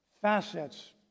facets